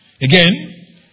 Again